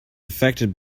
affected